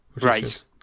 Right